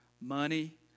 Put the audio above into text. money